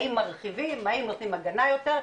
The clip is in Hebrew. האם מרחיבים האם נותנים הגנה יותר?